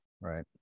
right